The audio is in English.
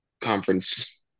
conference